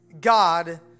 God